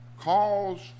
calls